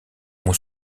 mon